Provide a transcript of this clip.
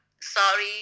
sorry